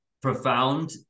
Profound